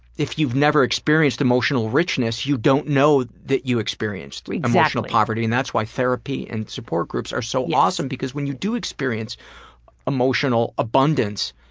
if you've never experienced emotional richness you don't know that you experienced like emotional poverty. and that's why therapy and support groups are so awesome because when you do experience emotional abundance,